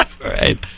Right